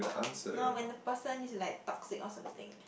no when the person is like toxic or something